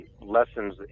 lessons